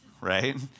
right